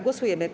Głosujemy.